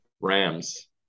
Rams